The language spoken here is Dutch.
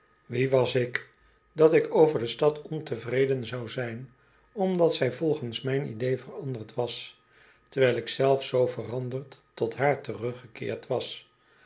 wie was ik dat ik over de stad ontevreden zou zijn omdat zij volgens mijn idee veranderd was terwijl ik zelf zoo veranderd tot haar teruggekeerd was